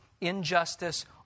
injustice